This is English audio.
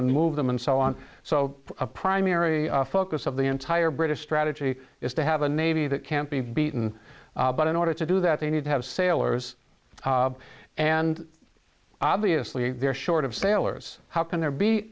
and move them and so on so a primary focus of the entire british strategy is to have a navy that can't be beaten but in order to do that they need to have sailors and obviously they're short of sailors how can there be